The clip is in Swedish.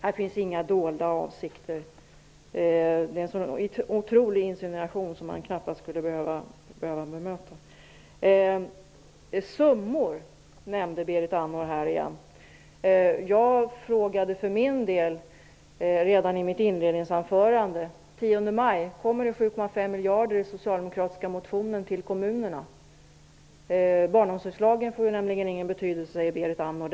Här finns inga dolda avsikter. Det är en så otrolig insinuation att man knappast skulle behöva bemöta den. Berit Andnor nämnde summor. Jag frågade redan i mitt inledningsanförande om det kommer att finnas Barnomsorgslagen får ju nämligen ingen betydelse, enligt Berit Andnor.